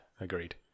agreed